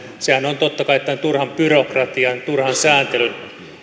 sehän on totta kai tämä turhan byrokratian turhan sääntelyn